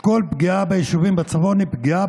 שכל פגיעה ביישובים בצפון היא פגיעה